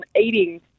eating